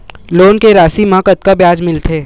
Loan के राशि मा कतका ब्याज मिलथे?